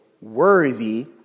worthy